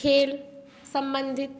खेल सम्बंधित